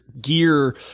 gear